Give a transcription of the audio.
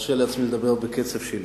ארשה לעצמי לדבר בקצב שלי.